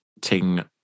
taking